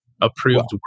Approved